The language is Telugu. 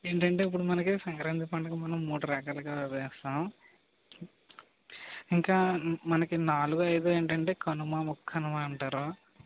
ఏంటంటే ఇప్పుడు మనకి సంక్రాంతి పండుగ మనం మూడు రకాలుగా చేస్తాము ఇంకా మనకి నాలుగు అయిదు ఏంటంటే కనుమ ముక్కనుమ అంటారు